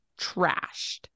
trashed